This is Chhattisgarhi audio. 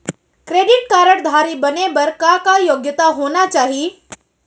क्रेडिट कारड धारी बने बर का का योग्यता होना चाही?